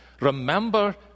Remember